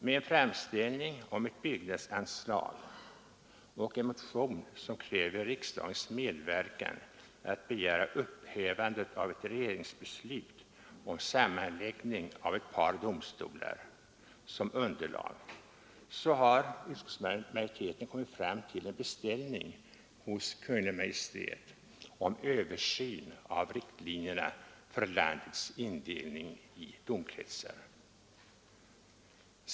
Med en framställning om ett byggnadsanslag och en motion som kräver riksdagens medverkan att begära upphävandet av ett regeringsbeslut om sammanläggning av ett par domstolar som underlag har utskottsmajoriteten kommit fram till en beställning hos Kungl. Maj:t om översyn av riktlinjerna för landets indelning i domkretsar.